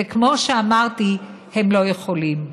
וכמו שאמרתי, הם לא יכולים.